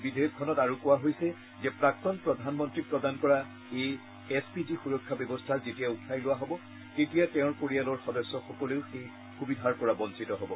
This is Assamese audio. বিধেয়কখনত আৰু কোৱা হৈছে যে প্ৰাক্তন প্ৰধানমন্ত্ৰীক প্ৰদান কৰা এই এছ পি জি সুৰক্ষা ব্যৱস্থা যেতিয়া উঠাই লোৱা হব তেতিয়া তেওঁৰ পৰিয়ালৰ সদস্যসকলেও সেই সুবিধাৰ পৰা বঞ্চিত হব